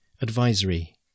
advisory